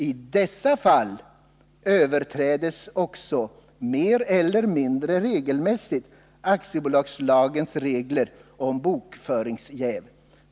I dessa fall överträdes också mer eller mindre regelmässigt aktiebolagslagens regler om bokföringsjäv.